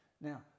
Now